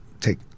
take